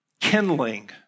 kindling